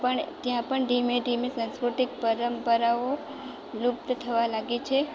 પણ ત્યાં પણ ધીમે ધીમે સાંસ્કૃતિક પરંપરાઓ લુપ્ત થવા લાગી છે